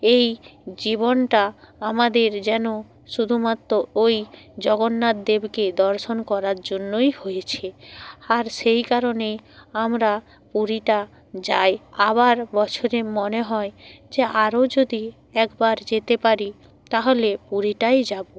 এই জীবনটা আমাদের যেন শুধুমাত্র ওই জগন্নাথদেবকে দর্শন করার জন্যই হয়েছে আর সেই কারণে আমরা পুরীটা যাই আবার বছরে মনে হয় যে আরও যদি একবার যেতে পারি তাহলে পুরীটাই যাব